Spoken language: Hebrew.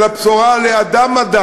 אלא בשורה לאדם-אדם,